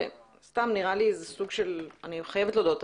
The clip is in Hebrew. אני חייבת להודות,